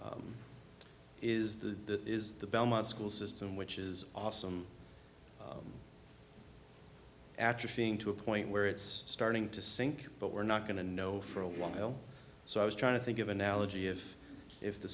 of is the is the belmont school system which is awesome atrophying to a point where it's starting to sink but we're not going to know for a while so i was trying to think of analogy if if the